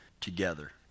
together